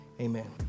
Amen